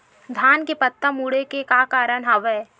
धान के पत्ता मुड़े के का कारण हवय?